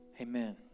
amen